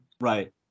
Right